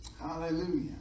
Hallelujah